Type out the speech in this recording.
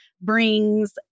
brings